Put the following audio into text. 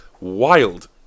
wild